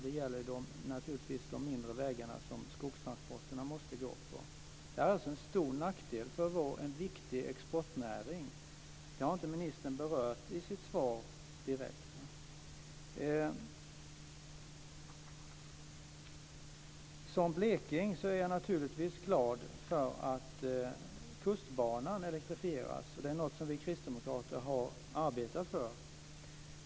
Det gäller naturligtvis de inre vägarna, som skogstransporterna måste gå på. Det är alltså en stor nackdel för en viktig exportnäring. Det har inte ministern berört i sitt svar direkt. Som bleking är jag naturligtvis glad för att Kustbanan elektrifieras. Det är något som vi kristdemokrater har arbetat för.